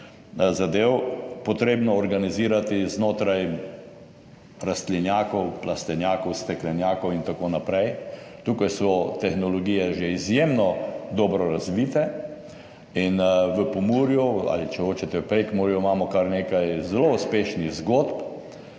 zadev potrebno organizirati znotraj rastlinjakov, plastenjakov, steklenjakov in tako naprej. Tukaj so tehnologije že izjemno dobro razvite in v Pomurju, ali če hočete v Prekmurju imamo kar nekaj zelo uspešnih zgodb,